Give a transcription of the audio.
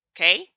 okay